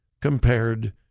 compared